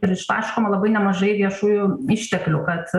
ir ištaškoma labai nemažai viešųjų išteklių kad